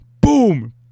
Boom